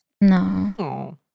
No